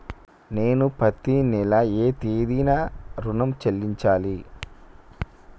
నేను పత్తి నెల ఏ తేదీనా ఋణం చెల్లించాలి?